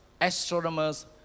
astronomers